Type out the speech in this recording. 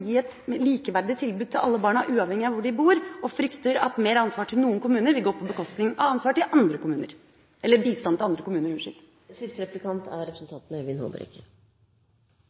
gi et likeverdig tilbud til alle barna, uavhengig av hvor de bor. Vi frykter at mer ansvar til noen kommuner vil gå på bekostning av bistand til andre kommuner. I proposisjonens kapittel 4 skriver statsråden at vi har hatt en vekst i antallet barn i barnevernet på 77 pst. de siste